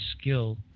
skill